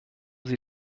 sie